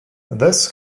this